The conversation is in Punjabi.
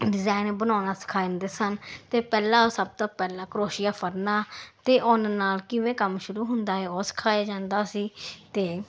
ਡਿਜ਼ਾਇਨ ਬਣਾਉਣਾ ਸਿਖਾਉਂਦੇ ਸਨ ਅਤੇ ਪਹਿਲਾ ਸਭ ਤੋਂ ਪਹਿਲਾਂ ਕਰੋਸ਼ੀਆ ਫੜਨਾ ਅਤੇ ਉੱਨ ਨਾਲ ਕਿਵੇਂ ਕੰਮ ਸ਼ੁਰੂ ਹੁੰਦਾ ਹੈ ਉਹ ਸਿਖਾਇਆ ਜਾਂਦਾ ਸੀ ਅਤੇ